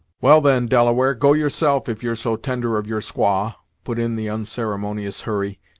well then, delaware, go yourself if you're so tender of your squaw, put in the unceremonious hurry.